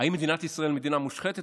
האם מדינת ישראל היא מדינה מושחתת?